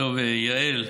יעל,